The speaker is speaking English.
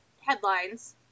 headlines